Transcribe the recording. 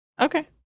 Okay